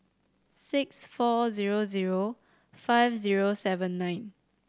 six four zero zero five zero seven nine